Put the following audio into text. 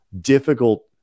difficult